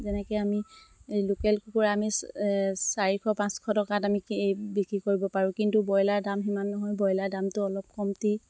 যেনেকে আমি লোকেল কুকুৰা আমি চাৰিশ পাঁচশ টকাত আমি বিক্ৰী কৰিব পাৰোঁ কিন্তু ব্ৰইলাৰ দাম সিমান নহয় ব্ৰইলাৰ দামটো অলপ কমটি